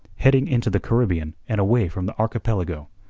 heading into the caribbean and away from the archipelago.